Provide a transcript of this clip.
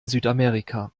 südamerika